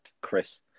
Chris